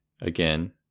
again